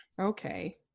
okay